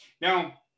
Now